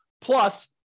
plus